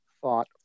thought